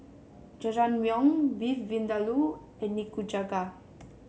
Jajangmyeon Beef Vindaloo and Nikujaga